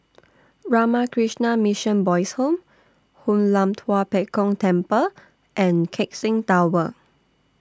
Ramakrishna Mission Boys' Home Hoon Lam Tua Pek Kong Temple and Keck Seng Tower